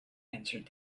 answered